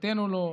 ותודתנו לו,